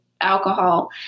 alcohol